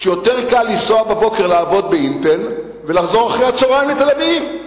הוא שיותר קל לנסוע בבוקר לעבוד ב"אינטל" ולחזור אחר הצהריים לתל-אביב.